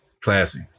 classy